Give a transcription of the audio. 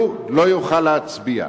הוא לא יוכל להצביע.